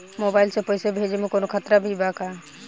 Mobile से पैसा भेजे मे कौनों खतरा भी बा का?